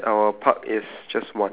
maybe it just counts as one